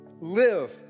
live